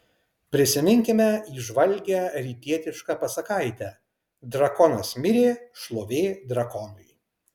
prisiminkime įžvalgią rytietišką pasakaitę drakonas mirė šlovė drakonui